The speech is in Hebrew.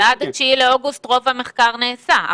ועד ה-9 באוגוסט רוב המחקר נעשה,